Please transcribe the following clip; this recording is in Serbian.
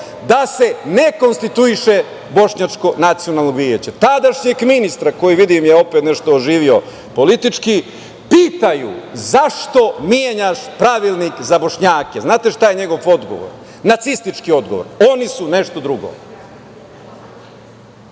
da se ne konstituiše Bošnjačko nacionalno veće. Tadašnjeg ministra, kojeg vidim je opet nešto oživio politički, pitaju zašto menjaš Pravilnik za Bošnjake? Da li znate šta je njegov odgovor? Nacistički odgovor – oni su nešto drugo. Taj